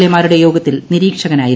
A മാരുടെ യോഗത്തിൽ നിരീക്ഷകനായിരുന്നു